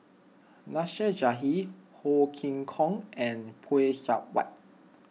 Nasir Jalil Ho Chee Kong and Phay Seng Whatt